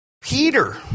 Peter